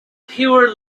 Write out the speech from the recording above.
pure